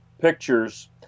pictures